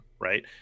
right